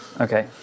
Okay